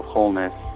Wholeness